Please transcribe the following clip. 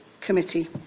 committee